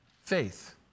Faith